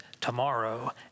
tomorrow